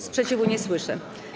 Sprzeciwu nie słyszę.